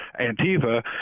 Antiva